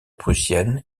prussienne